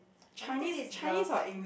I don't think this is love leh